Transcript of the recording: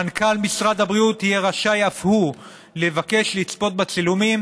מנכ"ל משרד הבריאות יהיה רשאי אף הוא לבקש לצפות בצילומים,